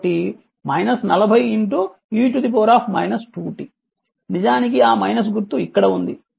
కాబట్టి 40 e 2 t నిజానికి ఆ గుర్తు ఇక్కడ ఉంది